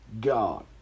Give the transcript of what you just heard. God